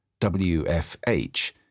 WFH